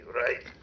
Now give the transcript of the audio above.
right